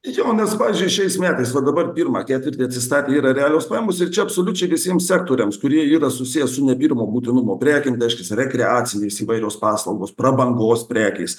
jo nes pavyzdžiui šiais metais va dabar pirmą ketvirtį atsistatė yra realios pajamos ir čia absoliučiai visiems sektoriams kurie yra susiję su ne pirmo būtinumo prekėm vežtis rekreacinės įvairios paslaugos prabangos prekės